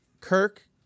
Kirk